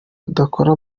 udakora